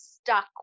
stuck